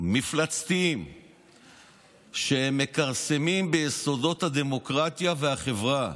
מפלצתיים שמכרסמים ביסודות הדמוקרטיה והחברה,